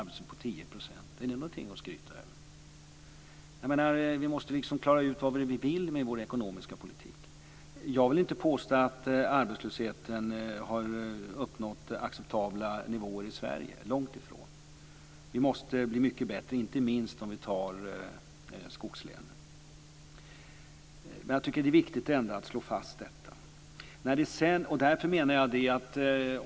Är det någonting att skryta över? Vi måste klara ut vad det är vi vill med vår ekonomiska politik. Jag vill inte påstå att arbetslösheten har uppnått acceptabla nivåer i Sverige. Långtifrån. Vi måste bli mycket bättre, inte minst om vi tar skogslänen. Men det är ändå viktigt att slå fast detta.